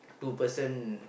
two person